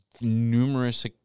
numerous